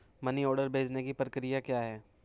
Money order भेजने की प्रक्रिया क्या है?